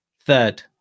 Third